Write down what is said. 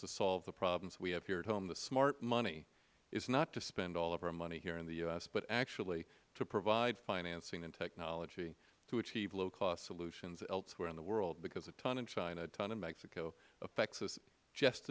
to solve the problems we have here at home the smart money is not to spend all of our money here in the u s but to provide financing and technology to achieve low cost solutions elsewhere in the world because a ton in china and a ton in mexico affects us just